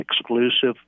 exclusive